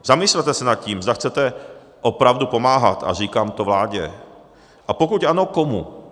Zamyslete se nad tím, zda chcete opravdu pomáhat, a říkám to vládě, a pokud ano, komu.